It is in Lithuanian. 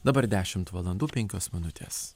dabar dešimt valandų penkios minutės